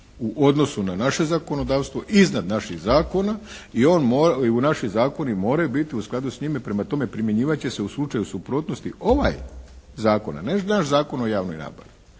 u odnosu na naše zakonodavstvo iznad naših zakona i on mora, naši zakoni moraju biti u skladu s njime. Prema tome primjenjivati će se u slučaju suprotnosti ovaj zakon, a ne naš Zakon o javnoj nabavi